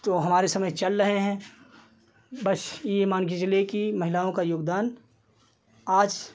जो हमारे समय चल रहे हैं बस यह मानकर चलिए कि महिलाओं का योगदान आज